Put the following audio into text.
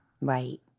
Right